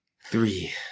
Three